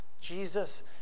Jesus